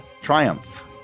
triumph